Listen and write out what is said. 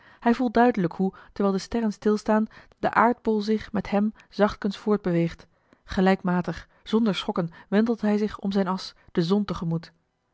hij voelt duidelijk hoe terwijl de sterren stilstaan de aardbol zich met hem zachtkens voortbeweegt gelijkmatig zonder schokken wentelt hij zich om zijn as de zon